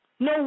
No